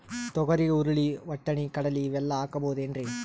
ತೊಗರಿ, ಹುರಳಿ, ವಟ್ಟಣಿ, ಕಡಲಿ ಇವೆಲ್ಲಾ ಹಾಕಬಹುದೇನ್ರಿ?